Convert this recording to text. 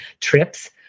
trips